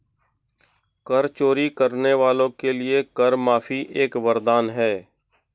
कर चोरी करने वालों के लिए कर माफी एक वरदान है